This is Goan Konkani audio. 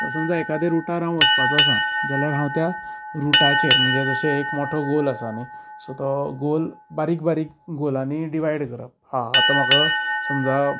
समजा एका रूटार हांव वचपाचो आसां जाल्यार हांव त्या रूटाचेर म्हणजे एक मोठो गोल आसां न्ही तो गोल बारीक बारीक गोलानी डिवायड करप हा आता म्हाका समजा